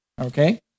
Okay